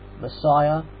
Messiah